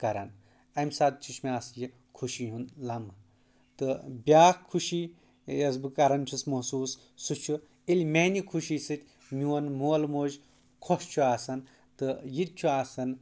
کرَان اَمہِ ساتہٕ تہِ چھُ مےٚ آس یہِ خوشی ہُنٛد لَمہٕ تہٕ بیَاکھ خوشی یۄس بہٕ کرَان چھُس محسوٗس سُہ چھُ ییٚلہِ مِیَانہِ خوشی سۭتۍ میون مول موج خۄش چھُ آسَان تہٕ یہِ تہِ چھُ آسَان